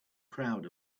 crowd